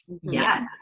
Yes